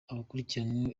abakurikiranyweho